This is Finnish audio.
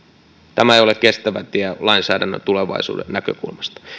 tämä ei ole kestävä tie lainsäädännön tulevaisuuden näkökulmasta